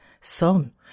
Son